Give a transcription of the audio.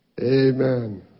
Amen